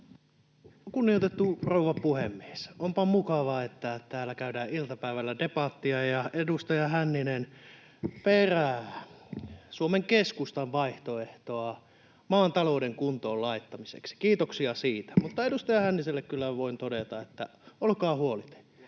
Kunnioitettu rouva puhemies! Onpa mukavaa, että täällä käydään iltapäivällä debattia ja edustaja Hänninen perää Suomen Keskustan vaihtoehtoa maan talouden kuntoon laittamiseksi. Kiitoksia siitä. Mutta edustaja Hänniselle kyllä voin todeta, että olkaa huoleti,